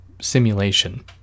simulation